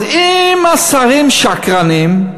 אז אם השרים שקרנים,